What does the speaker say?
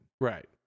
Right